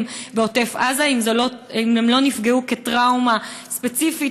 בעוטף-עזה אם הם לא נפגעו כטראומה ספציפית,